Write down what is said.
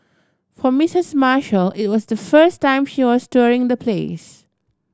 for Mistress Marshall it was the first time she was touring the place